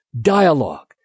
dialogue